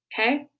okay